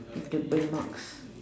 with the burn marks